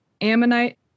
Ammonite